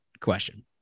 question